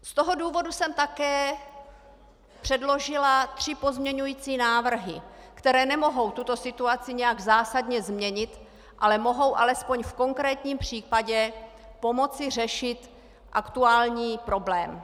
Z toho důvodu jsem také předložila tři pozměňující návrhy, které nemohou tuto situaci nějak zásadně změnit, ale mohou alespoň v konkrétním případě pomoci řešit aktuální problém.